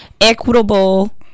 equitable